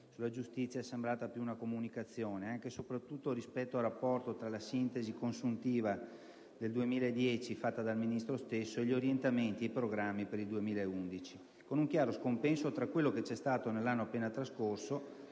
del 2005, è sembrata una comunicazione, anche soprattutto in rapporto alla sintesi consuntiva del 2010 fatta dal Ministro e gli orientamenti e i programmi per il 2011. Ne è emerso un chiaro scompenso tra quello che c'è stato nell'anno appena trascorso,